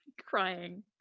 crying